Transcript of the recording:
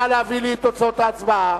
נא להביא לי את תוצאות ההצבעה.